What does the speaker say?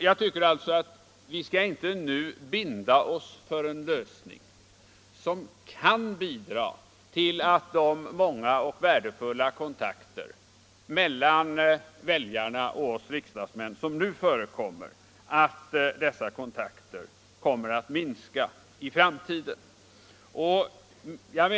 Vi skall inte, menar jag, nu binda oss för en lösning som kan bidra till att de många och värdefulla kontakter mellan väljarna och oss riksdagsmän som nu förekommer skulle minska i framtiden.